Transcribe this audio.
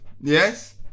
yes